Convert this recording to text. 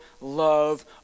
love